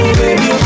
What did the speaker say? baby